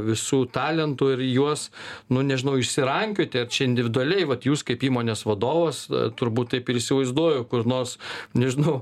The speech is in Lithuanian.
visų talentų ir juos nu nežinau išsirankioti ar čia individualiai vat jūs kaip įmonės vadovas turbūt taip ir įsivaizduoju kur nors nežinau